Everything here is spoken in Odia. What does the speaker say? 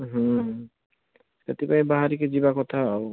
ହୁଁ ହୁଁ ସେଥିପାଇଁ ବାହାରିକି ଯିବା କଥା ଆଉ